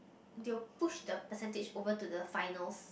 they will push the percentage over to the finals